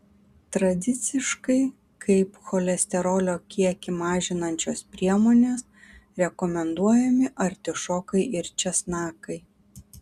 tradiciškai kaip cholesterolio kiekį mažinančios priemonės rekomenduojami artišokai ir česnakai